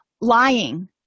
Lying